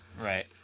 right